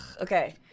Okay